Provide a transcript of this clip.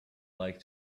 like